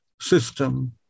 system